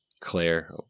Claire